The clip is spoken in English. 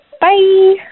Bye